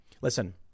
listen